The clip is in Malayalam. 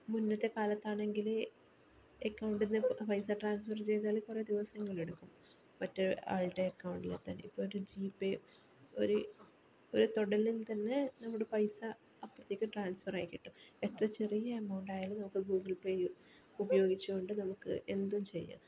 മുന്നത്തെ കാലത്താണെങ്കിൽ അക്കൗണ്ടിൽ നിന്ന് പൈസ ട്രാൻസ്ഫർ ചെയ്താൽ കുറേ ദിവസങ്ങളെടുക്കും മറ്റേ ആളുടെ അക്കൗണ്ടിൽ എത്താൻ ഇപ്പോൾ ഒരു ജി പേ ഒരു ഒരു തൊടലിൽ തന്നെ പൈസ അപ്പോഴത്തേക്കും ട്രാൻസ്ഫർ ആയി കിട്ടും എത്ര ചെറിയ എമൗണ്ട് ആയാലും നമുക്കത് ഗൂഗിൾ പേ ഉപയോഗിച്ചുകൊണ്ട് നമുക്ക് എന്തും ചെയ്യാം